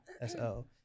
S-O